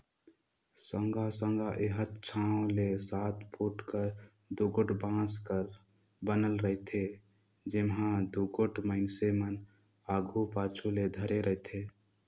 साँगा साँगा एहर छव ले सात फुट कर दुगोट बांस कर बनल रहथे, जेम्हा दुगोट मइनसे मन आघु पाछू ले धरे रहथे